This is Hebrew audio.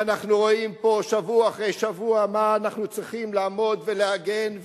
ואנחנו רואים פה שבוע אחר שבוע על מה אנחנו צריכים לעמוד ולהגן,